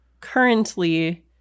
currently